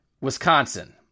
Wisconsin